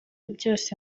byose